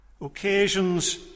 Occasions